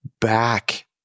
back